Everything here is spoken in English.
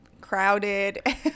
Crowded